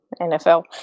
NFL